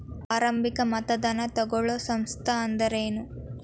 ಆರಂಭಿಕ್ ಮತದಾನಾ ತಗೋಳೋ ಸಂಸ್ಥಾ ಅಂದ್ರೇನು?